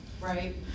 right